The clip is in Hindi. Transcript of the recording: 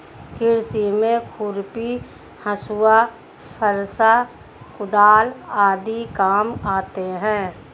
कृषि में खुरपी, हँसुआ, फरसा, कुदाल आदि काम आते है